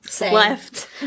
left